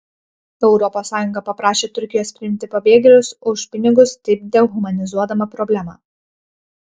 europos sąjunga paprašė turkijos priimti pabėgėlius už pinigus taip dehumanizuodama problemą